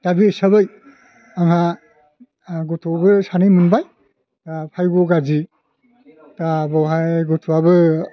दा बे हिसाबै आंहा आंहा गथ'बो सानै मोनबाय भायग' गारजि दा बावहाय गथ'आबो